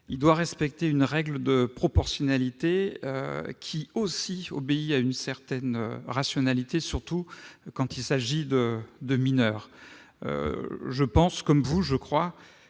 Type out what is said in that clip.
doit respecter une règle de proportionnalité obéissant aussi à une certaine rationalité, surtout lorsqu'il s'agit de mineurs. Je pense, comme vous, je crois,